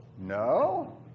No